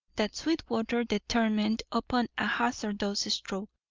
that sweetwater determined upon a hazardous stroke.